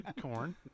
Corn